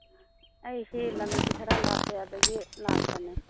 ꯑꯩꯁꯤ ꯂꯝꯁꯤ ꯈꯔ ꯂꯥꯞꯄꯦ ꯑꯗꯒꯤ ꯂꯥꯛꯄꯅꯦ